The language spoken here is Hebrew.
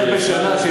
חבר הכנסת